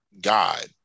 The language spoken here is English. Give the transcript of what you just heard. God